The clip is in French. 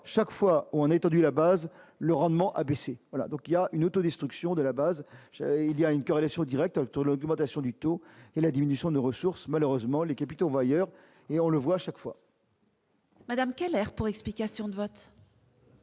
chaque fois on est étendu la base le rendement a baissé, voilà donc il y a une auto-destruction de la base, il y a une corrélation directe sur l'augmentation du taux et la diminution de ressources malheureusement les capitaux vont ailleurs, et on le voit chaque fois. Madame Keller pour explication de vote.